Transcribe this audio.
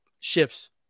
shifts